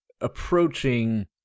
approaching